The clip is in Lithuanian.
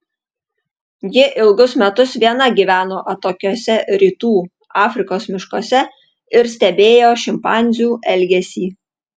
ji ilgus metus viena gyveno atokiuose rytų afrikos miškuose ir stebėjo šimpanzių elgesį